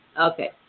Okay